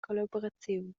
collaboraziun